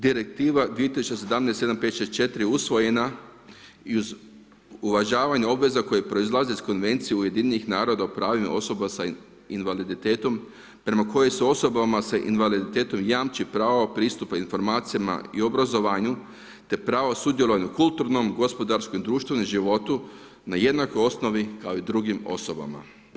Direktiva 2017 1564 je usvojena i uz uvažavanje obveza koje proizlaze iz konvencije Ujedinjenih naroda o pravima osoba s invaliditetom prema kojoj se osobama s invaliditetom jamči pravo pristupa informacijama i obrazovanju te pravo sudjelovanju u kulturnom, gospodarskom i društvenom životu na jednakoj osnovi kao i drugim osobama.